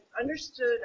understood